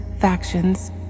factions